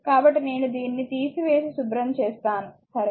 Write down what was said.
కాబట్టి నేను దీన్ని తీసివేసి శుభ్రం చేస్తాను సరే